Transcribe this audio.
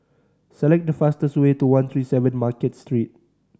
select the fastest way to one three seven Market Street